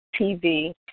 TV